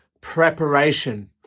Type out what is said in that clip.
preparation